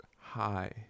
Hi